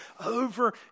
over